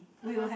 (uh huh)